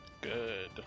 Good